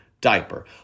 diaper